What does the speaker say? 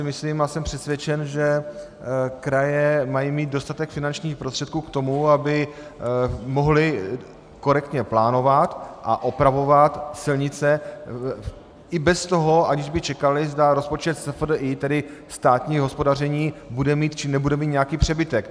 Myslím si a jsem přesvědčen, že kraje mají mít dostatek finančních prostředků k tomu, aby mohly korektně plánovat a opravovat silnice i bez toho, že by čekaly, zda rozpočet SFDI, tedy státní hospodaření, bude mít, či nebude mít nějaký přebytek.